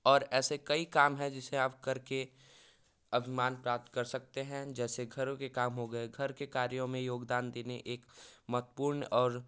और ऐसे कई काम है जिसे आप करके अभिमान प्राप्त कर सकते हैं जैसे घरों के काम हो गए घर के कार्यों में योगदान देने एक महत्पूर्ण और